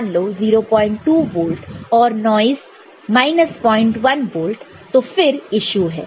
मान लो 02 वोल्ट और नॉइस 01 वोल्ट तो फिर इशू है